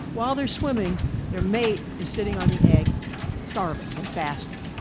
while they're swimming their mate is sitting on the egg starving and fasting,